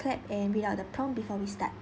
clap and read out the prompt before we start